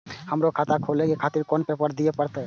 हमरो खाता खोले के खातिर कोन पेपर दीये परतें?